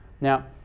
Now